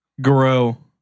grow